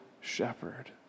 shepherd